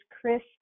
Chris